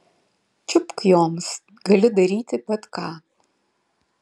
čiupk joms gali daryti bet ką